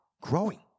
Growing